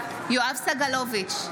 יואב סגלוביץ'